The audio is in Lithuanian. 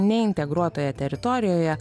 neintegruotoje teritorijoje